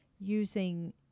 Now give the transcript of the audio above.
using